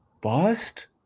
bust